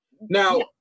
Now